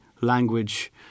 language